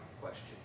question